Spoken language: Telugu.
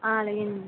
అలాగేనండీ